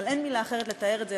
אבל אין מילה אחרת לתאר את זה,